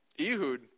Ehud